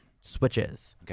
switches